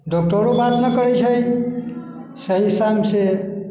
डाक्टरो बात नहि करैत छै छै